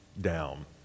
down